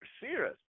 Serious